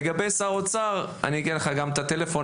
לגבי שר האוצר אגיד לך את מספר הטלפון